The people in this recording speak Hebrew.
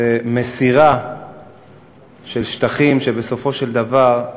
ומסירה של שטחים שבסופו של דבר,